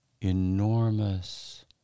enormous